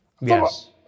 Yes